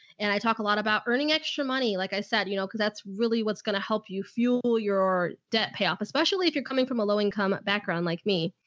and i talk a lot about earning extra money. like i said, you know, cause that's really what's gonna help you fuel your debt, pay off, especially if you're coming from a low income background like me.